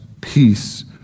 peace